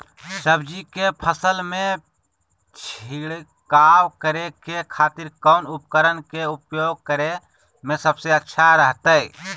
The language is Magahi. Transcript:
सब्जी के फसल में छिड़काव करे के खातिर कौन उपकरण के उपयोग करें में सबसे अच्छा रहतय?